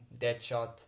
Deadshot